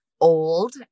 old